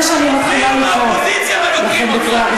סליחה, אני מבקש שתשמרי לי על זכות הדיבור, בבקשה.